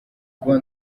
kuba